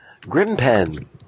Grimpen